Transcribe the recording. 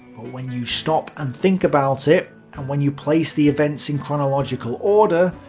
when you stop and think about it, and when you place the events in chronological order,